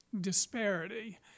disparity